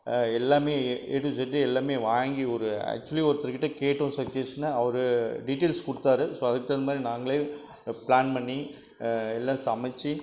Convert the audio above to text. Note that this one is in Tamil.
எல்லாம் ஏ டு இசட் எல்லாம் வாங்கி ஒரு ஆக்சுவலி ஒருத்தர்கிட்டே கேட்டோம் சஜ்ஜசன்னு அவர் டீட்டைல்ஸ் கொடுத்தாரு ஸோ அதுக்கு தகுந்தமாதிரி நாங்கள் பிளான் பண்ணி எல்லாம் சமைச்சி